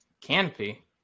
canopy